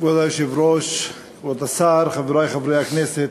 כבוד היושב-ראש, כבוד השר, חברי חברי הכנסת,